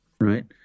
right